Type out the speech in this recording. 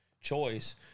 choice